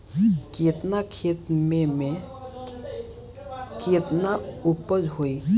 केतना खेत में में केतना उपज होई?